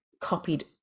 copied